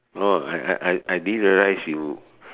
oh I I I I didn't realize you